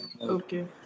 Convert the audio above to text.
Okay